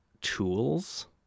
tools